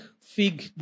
fig